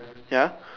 ya